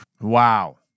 Wow